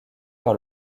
par